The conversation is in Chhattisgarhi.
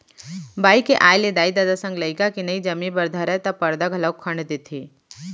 बाई के आय ले दाई ददा संग लइका के नइ जमे बर धरय त परदा घलौक खंड़ देथे